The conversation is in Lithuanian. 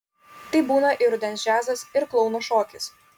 tai būna ir rudens džiazas ir klouno šokis